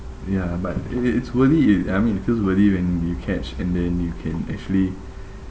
ya but it it it's worthy it I mean it feels worthy when you catch and then you can actually